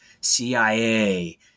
CIA